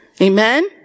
Amen